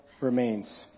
remains